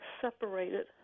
Separated